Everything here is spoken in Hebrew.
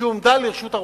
שהועמדה לרשות הרוכב,